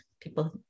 People